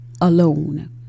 alone